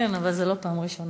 כן, אבל זאת לא הפעם הראשונה.